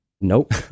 Nope